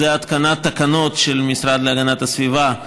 זה התקנת תקנות של המשרד להגנת הסביבה,